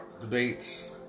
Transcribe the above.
debates